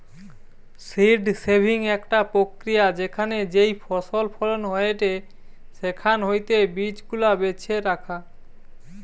seed saving একটা প্রক্রিয়া যেখানে যেই ফসল ফলন হয়েটে সেখান হইতে বীজ গুলা বেছে রাখা